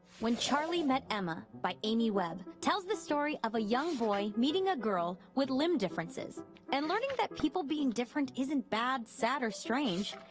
when charlie met emma by amy web tells the story of a young boy meeting a girl with limb differences and learning that people being different isn't bad, sad or strange.